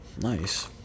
nice